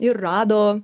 ir rado